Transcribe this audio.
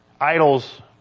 idols